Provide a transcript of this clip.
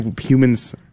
humans –